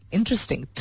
Interesting